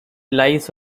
lies